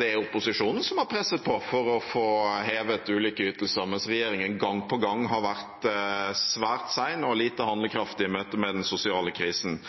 det er opposisjonen som har presset på for å få hevet ulike ytelser, mens regjeringen gang på gang har vært svært sein og lite handlekraftig i møte med den sosiale krisen.